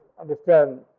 understand